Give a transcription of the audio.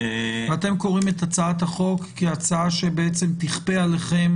אתם קוראים את הצעת החוק כהצעה שתכפה עליכם